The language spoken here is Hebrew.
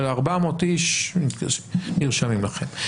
אבל 400 איש נרשמים לכם.